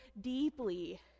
deeply